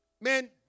man